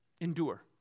endure